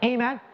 Amen